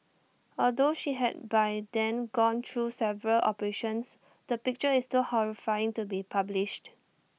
although she had by then gone through several operations the picture is too horrifying to be published